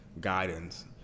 guidance